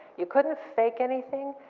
you couldn't fake anything.